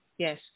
Yes